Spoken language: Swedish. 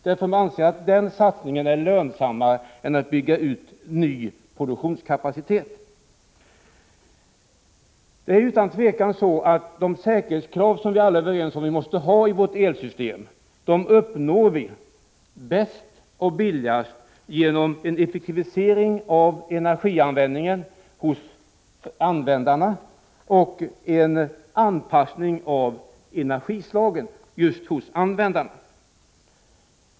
Man anser nämligen att den satsningen är lönsammare än att bygga ut ny produktionskapacitet. De säkerhetskrav som vi alla är överens om måste ställas på vårt elsystem uppnås utan tvivel bäst och billigast genom en effektivisering av energianvändningen och en anpassning av energislagen hos användarna.